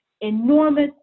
enormous